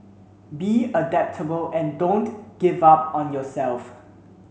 be adaptable and don't give up on yourself